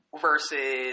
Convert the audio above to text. Versus